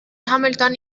hamilton